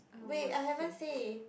wait I haven't say